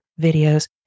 videos